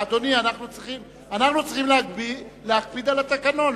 אנחנו צריכים להקפיד על התקנון.